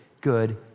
good